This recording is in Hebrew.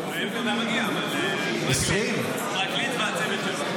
תלוי לאיפה זה מגיע, אבל פרקליט והצוות שלו.